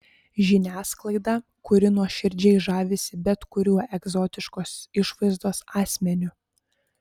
žiniasklaidą kuri nuoširdžiai žavisi bet kuriuo egzotiškos išvaizdos asmeniu